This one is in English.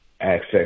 access